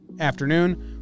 afternoon